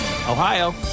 Ohio